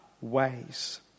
ways